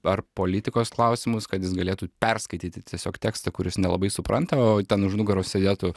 ar politikos klausimus kad jis galėtų perskaityti tiesiog tekstą kuris nelabai supranta o ten už nugaros sėdėtų